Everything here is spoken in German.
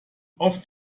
oft